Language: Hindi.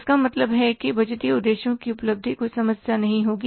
इसका मतलब है कि बजटीय उद्देश्यों की उपलब्धि कोई समस्या नहीं होगी